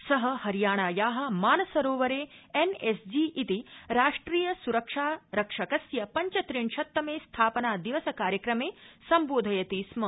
सः हरियाणाया मानसरोवरे एन एस जी इति राष्ट्रिय सरक्षा रक्षकस्य पंचत्रिशत्तमे स्थापनादिवस कार्यक्रमे सम्बोधयति स्म